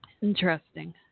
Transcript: Interesting